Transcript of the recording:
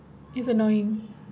it's annoying